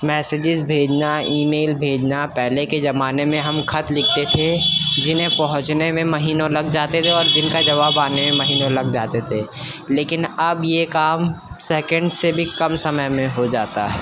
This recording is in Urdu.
میسیجز بھیجنا ای میل بھیجنا پہلے کے جمانے میں ہم خط لکھتے تھے جنہیں پہنچنے میں مہینوں لگ جاتے تھے اور جن کا جواب آنے میں مہینوں لگ جاتے تھے لیکن اب یہ کام سیکنڈ سے بھی کم سمے میں ہو جاتا ہے